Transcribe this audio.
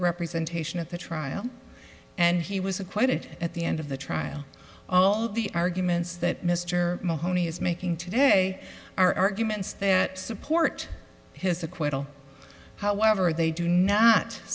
representation at the trial and he was acquitted at the end of the trial all of the arguments that mr mahoney is making today are arguments that support his acquittal however they do not